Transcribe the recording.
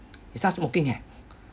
he starts smoking eh